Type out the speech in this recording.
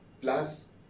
Plus